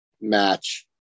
match